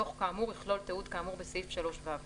דוח כאמור יכלול תיעוד כאמור בסעיף 3(ו).